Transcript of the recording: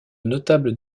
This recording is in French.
notables